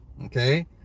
Okay